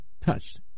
touched